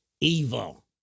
evil